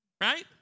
Right